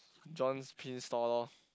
John's pins store lor